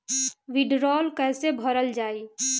भीडरौल कैसे भरल जाइ?